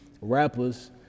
rappers